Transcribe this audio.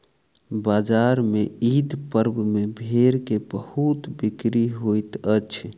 बजार में ईद पर्व में भेड़ के बहुत बिक्री होइत अछि